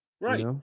Right